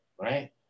right